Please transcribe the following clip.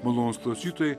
malonūs klausytojai